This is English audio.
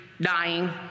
dying